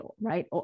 right